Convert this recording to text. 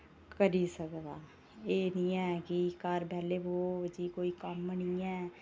करी सकदा एह् निं ऐ कि घर बैल्ले ब'वो जी कोई कम्म निं ऐ